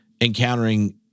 encountering